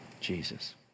Jesus